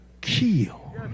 kill